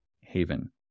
haven